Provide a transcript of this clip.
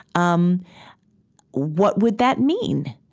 um what would that mean?